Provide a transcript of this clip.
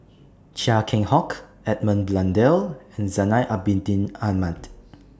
Chia Keng Hock Edmund Blundell and Zainal Abidin Ahmad